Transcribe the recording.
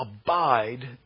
abide